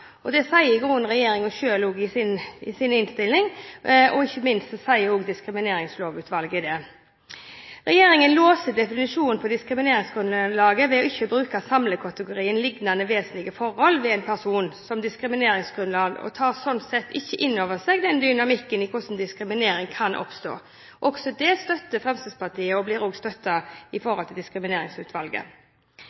lover. Det sier i grunnen regjeringen selv også i sin innstilling. Ikke minst sier også Diskrimineringslovutvalget det. Regjeringen låser definisjonen av diskrimineringsgrunnlaget ved ikke å bruke samlekategorien «liknende vesentlige forhold ved en person» som diskrimineringsgrunnlag, og tar sånn sett ikke inn over seg dynamikken med hensyn til hvordan diskriminering kan oppstå. Også det støtter Fremskrittspartiet. Det blir også støttet av Diskrimineringslovutvalget. Fremskrittspartiet mener også det er uheldig å trekke fram kvinner spesifikt i